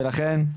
לכן,